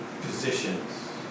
Positions